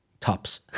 tops